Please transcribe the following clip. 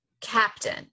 Captain